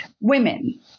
women